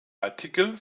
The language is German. artikel